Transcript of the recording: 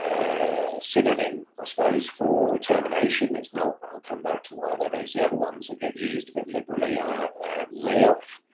a synonym, i suppose for termination. it's not but i'll come back to why that is. the other ones that get used a bit liberally are layoff